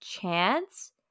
chance